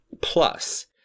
Plus